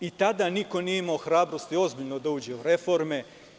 I tada niko nije imao hrabrosti ozbiljno da uđe u reforme.